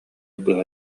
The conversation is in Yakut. быһа